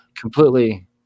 completely